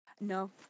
No